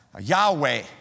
Yahweh